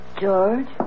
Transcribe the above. George